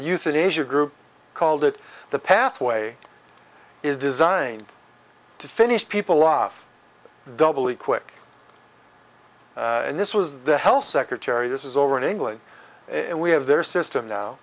euthanasia group called it the pathway is designed to finish people off doubly quick and this was the health secretary this is over in england and we have their system